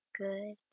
good